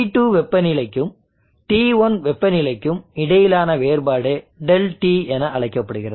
T2 வெப்ப நிலைக்கும் T1 வெப்பநிலைக்கும் இடையிலான வேறுபாடு ∆T என அழைக்கப்படுகிறது